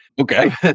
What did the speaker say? Okay